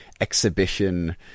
Exhibition